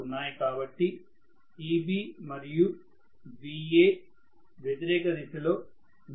కాబట్టి Eb మరియు Va వ్యతిరేక దిశలో ఉంటాయి